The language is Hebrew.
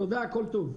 תודה, כל טוב.